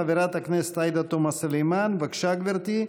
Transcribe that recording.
חברת הכנסת עאידה תומא סלימאן, בבקשה, גברתי.